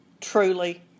truly